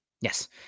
yes